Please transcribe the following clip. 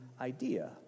idea